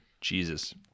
jesus